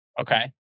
Okay